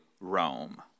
Rome